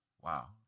Wow